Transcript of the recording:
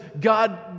God